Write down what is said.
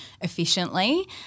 efficiently